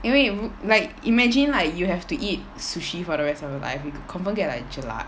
因为如 like imagine like you have to eat sushi for the rest of your life you confirm get like jelak